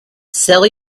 sell